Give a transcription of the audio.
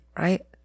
right